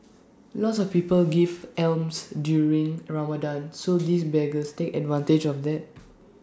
lots of people give alms during Ramadan so these beggars take advantage of that